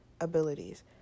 abilities